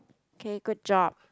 okay good job